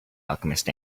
alchemist